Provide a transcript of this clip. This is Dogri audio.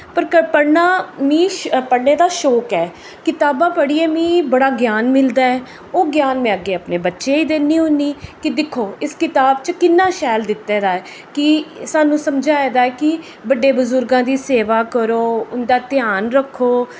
पर पढ़ना मीं पढ़ने दा शौंक ऐ कताबां पढ़ियै मी बड़ा ज्ञान मिलदा ऐ ओह् ज्ञान में अग्गें अपने बच्चेंआ गी दिन्नी होन्नी कि दिक्खो इस कताब च किन्ना शैल दित्ते दा ऐ कि सानूं समझाए दा ऐ कि बड्डे बजुर्गां दी सेवी करो उं'दा ध्यान रक्खो